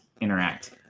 interact